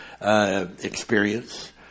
experience